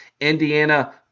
Indiana